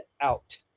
out